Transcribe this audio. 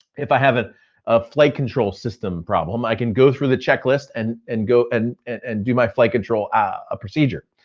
if i have a ah flight control system problem, i can go through the checklist and and and and do my flight control ah ah procedure.